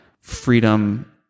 freedom